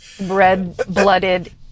red-blooded